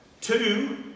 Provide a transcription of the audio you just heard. Two